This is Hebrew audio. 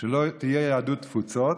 שבו לא תהיה יהדות תפוצות.